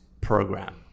program